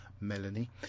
Melanie